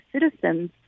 citizens